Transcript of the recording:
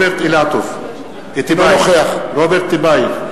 משתתף בהצבעה רוברט טיבייב,